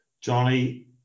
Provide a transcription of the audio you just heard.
Johnny